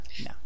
No